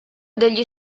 degli